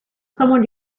someone